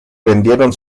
vendieron